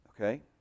okay